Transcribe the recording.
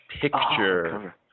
picture